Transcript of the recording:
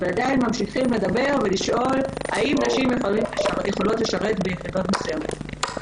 ועדיין ממשיכים לדבר ולשאול האם נשים יכולות לשרת ביחידות מסוימות.